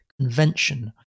convention